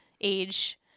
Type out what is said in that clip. age